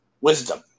wisdom